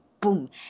boom